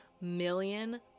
million